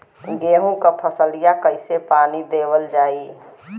गेहूँक फसलिया कईसे पानी देवल जाई?